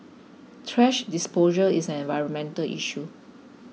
thrash disposal is an environmental issue